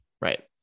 right